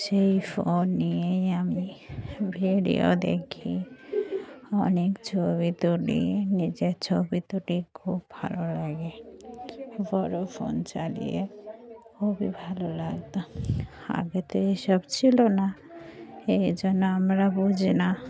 সেই ফোন নিয়েই আমি ভিডিও দেখি অনেক ছবি তুলি নিজের ছবি তুলি খুব ভালো লাগে বড়ো ফোন চালিয়ে খুবই ভালো লাগতো আগে তো এইসব ছিল না এই জন্য আমরা বুঝি না